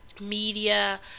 media